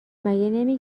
نمی